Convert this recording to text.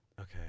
Okay